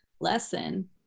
lesson